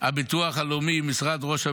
משרד הבריאות,